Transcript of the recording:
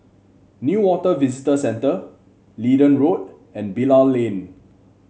Newater Visitor Centre Leedon Road and Bilal Lane